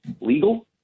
legal